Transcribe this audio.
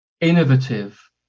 innovative